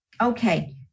okay